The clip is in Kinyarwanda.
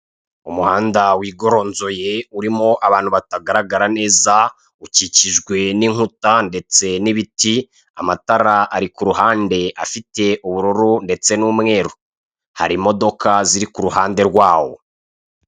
Umuhanda wigoronzoye urimo abantu batagaragara neza ukikijwe n'inkuta ndetse n'ibiti, amatara ari ku ruhande afite ubururu ndetse n'umweru, hari imodoka ziri ku ruhande rwaho.